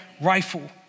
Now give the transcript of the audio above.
rifle